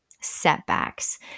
setbacks